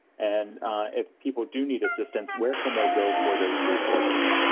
and if people do need assistance, where can they go for those resources?